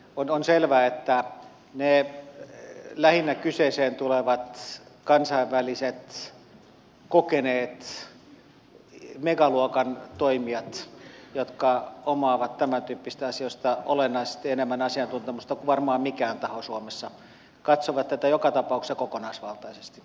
on selvää että ne lähinnä kyseeseen tulevat kansainväliset kokeneet megaluokan toimijat jotka omaavat tämäntyyppisistä asioista olennaisesti enemmän asiantuntemusta kuin varmaan mikään taho suomessa katsovat tätä joka tapauksessa kokonaisvaltaisesti